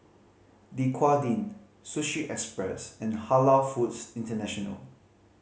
Dequadin Sushi Express and Halal Foods International